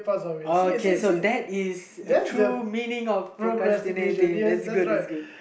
okay so that is a true meaning procrastinating that's good that's good